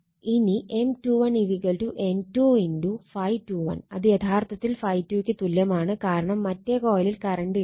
ഇനി M21 N2 ∅21 അത് യഥാർത്ഥത്തിൽ ∅2 ക്ക് തുല്യമാണ് കാരണം മറ്റേ കൊയിലിൽ കറണ്ട് ഇല്ല